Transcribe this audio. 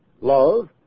Love